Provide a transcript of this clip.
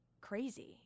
crazy